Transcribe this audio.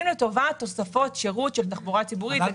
לטובת תוספות שירות של תחבורה ציבורית.